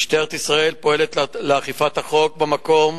משטרת ישראל פועלת לאכיפת החוק במקום,